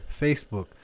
Facebook